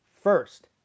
First